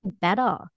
better